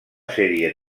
sèrie